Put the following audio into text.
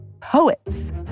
Poets